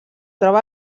troba